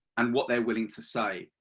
and what they are willing to say,